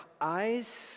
eyes